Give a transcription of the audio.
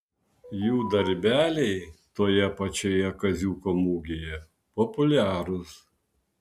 jų darbeliai toje pačioje kaziuko mugėje populiarūs